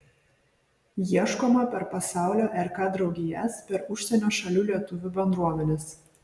ieškoma per pasaulio rk draugijas per užsienio šalių lietuvių bendruomenes